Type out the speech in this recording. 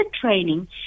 training